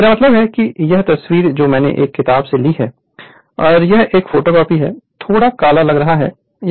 मेरा मतलब है कि यह तस्वीर जो मैंने एक किताब से ली है और यह एक फोटोकॉपी है थोड़ा काला लग रहा है